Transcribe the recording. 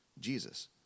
Jesus